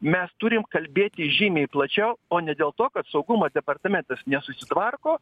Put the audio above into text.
mes turim kalbėti žymiai plačiau o ne dėl to kad saugumo departamentas nesusitvarko